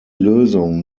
lösung